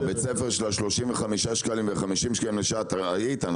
בבית הספר של ה-35 שקלים לשעה או ה-50 שקלים לשעה אתה היית,